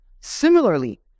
Similarly